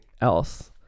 else